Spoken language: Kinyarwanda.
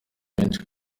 benshi